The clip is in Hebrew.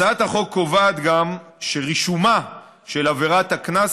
הצעת החוק קובעת גם שרישומה של עבירת הקנס